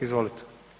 Izvolite.